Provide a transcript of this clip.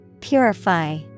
Purify